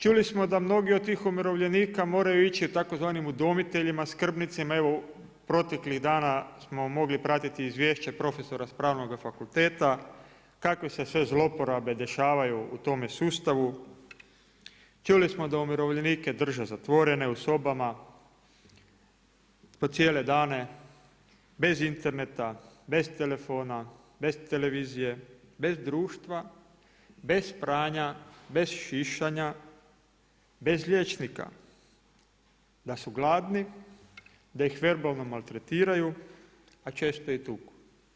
Čuli smo da mnogi od tih umirovljenika moraju ići tzv. udomiteljima, skrbnicima, evo proteklih dana smo mogli pratiti izvješće profesora sa Pravnog fakulteta, kakve se sve zloporabe dešavaju u tome sustavu čuli smo da umirovljenike drže zatvorene u sobama, po cijele dane, bez interneta, bez telefona, bez televizije, bez društva, bez pranja, bez šišanja, bez liječnika, da su gladni, da ih verbalno maltretiraju a često i tuku.